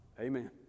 Amen